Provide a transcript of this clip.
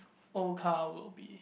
old car will be